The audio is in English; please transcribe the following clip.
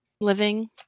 Living